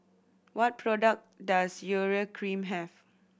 what product does Urea Cream have